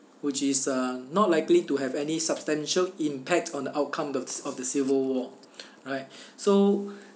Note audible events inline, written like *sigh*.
which is uh not likely to have any substantial impact on the outcome of of the civil war *breath* right *breath* so *breath*